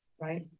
Right